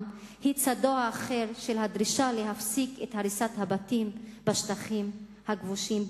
היא צדה האחר של הדרישה להפסיק את הריסת הבתים בשטחים הכבושים,